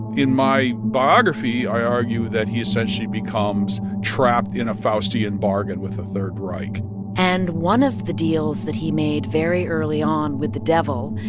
in my biography, i argue that he essentially becomes trapped in a faustian bargain with the third reich and one of the deals that he made very early on with the devil,